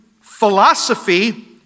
philosophy